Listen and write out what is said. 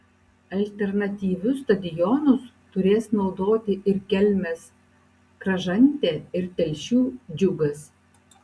alternatyvius stadionus turės naudoti ir kelmės kražantė ir telšių džiugas